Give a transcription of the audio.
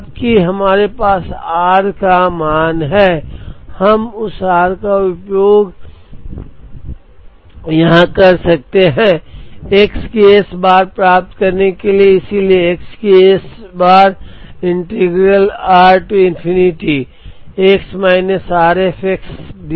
अब कि हमारे पास r का मान है हम अब उस r का उपयोग यहाँ कर सकते हैं x की S बार प्राप्त करने के लिए इसलिए x की S बार integral r to infinity x minus r f x d x x होगा